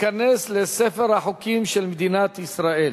ותיכנס לספר החוקים של מדינת ישראל.